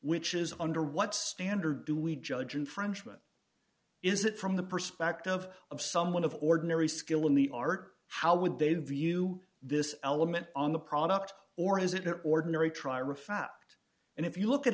which is under what standard do we judge infringement is it from the perspective of someone of ordinary skill in the art how would they view this element on the product or is it an ordinary trier of fact and if you look at